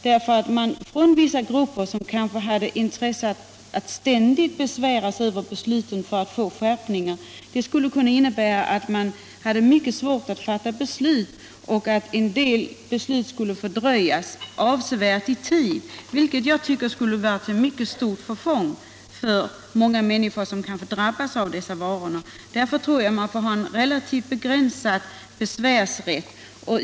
Det kan finnas vissa grupper som skulle kunna ha intresse av att ständigt besvära sig över besluten för att få skärpningar, och det skulle betyda att det blev mycket svårt att fatta beslut och att en del beslut kom att försenas avsevärt. Detta skulle, tycker jag, vara till mycket stort förfång för många människor som drabbas av hälsofarliga varor. Jag tror alltså att man bör ha en relativt begränsad besvärsrätt.